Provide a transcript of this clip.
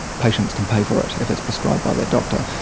patients can pay for it if it's prescribed by their doctor.